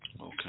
Okay